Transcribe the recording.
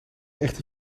echte